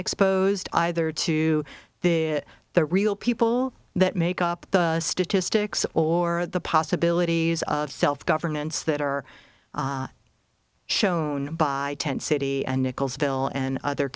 exposed either to the real people that make up the statistics or the possibilities of self governance that are shown by tent city and nichols ville and other